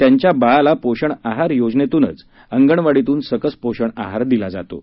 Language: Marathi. त्यांच्या बाळाला पोषण आहार योजनेचतून अंगणवाडीतून सकस पोषण आहार दिला जातो आहे